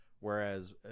Whereas